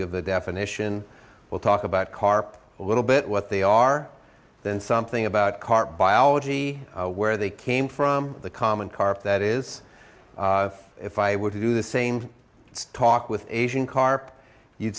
give the definition we'll talk about carp a little bit what they are then something about current biology where they came from the common carp that is if i were to do the same talk with asian carp you'd